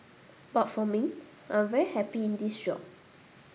but for me I'm very happy in this job